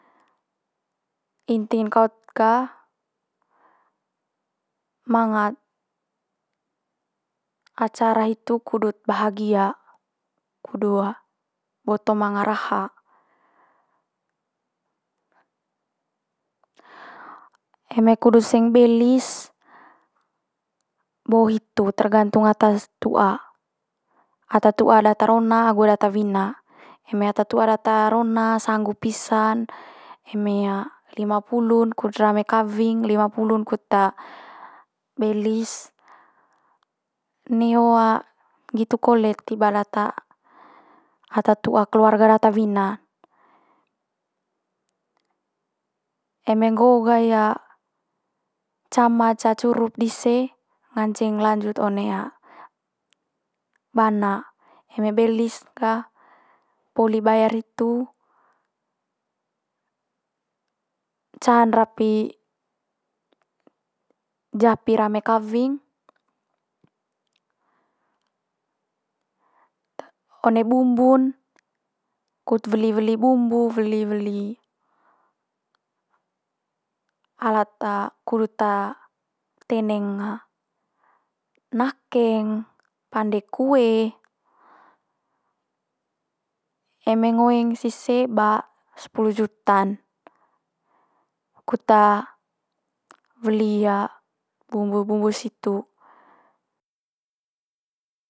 Inti'n kaut ga manga acara hitu kudut bahagia, kudu boto manga raha. Eme kudu seng belis bo hitu tergantung ata's tu'a ata tu'a data rona agu data wina. Eme ata tu'a data rona sanggup pisa'n, eme limapulun kut rame kawing, limapulun kut belis. Neho nggitu kole tiba data ata tu'a keluarga data wina eme nggo'o ga cama ca curup dise nganceng lanjut one dana. Eme belis ga poli bayar hitu can rapi japi rame kawing te- one bumbu'n kut weli weli bumbu, weli weli alat kudut teneng nakeng, pande kue. Eme ngoeng sise ba sepulu juta'n. Kut weli bumbu bumbu situ